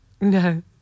No